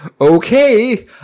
Okay